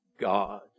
God